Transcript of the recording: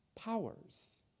powers